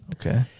Okay